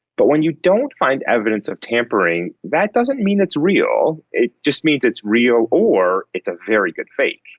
but when you don't find evidence of tampering, that doesn't mean it's real, it just means it's real or it's a very good fake.